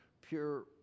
pure